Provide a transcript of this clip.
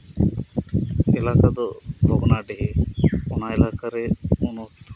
ᱮᱞᱟᱠᱟ ᱫᱚ ᱵᱷᱚᱜᱽᱱᱟᱰᱤᱦᱤ ᱚᱱᱟ ᱮᱞᱟᱠᱟᱨᱮ ᱩᱱ ᱚᱠᱛᱚ